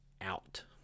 out